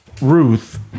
Ruth